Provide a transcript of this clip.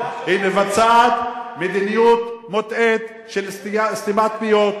היא מבצעת מדיניות מוטעית של סתימת פיות,